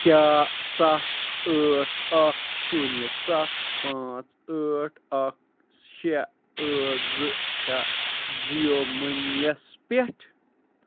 کیٛاہ سَتھ ٲٹھ اَکھ شوٗنیہِ سَتھ پانٛژھ ٲٹھ اَکھ شےٚ ٲٹھ زٕ چھےٚ جِیو مٔنی یَس پٮ۪ٹھ